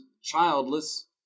childless